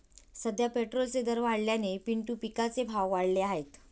सध्या पेट्रोलचे दर वाढल्याने पिंटू पिकाचे भाव वाढले आहेत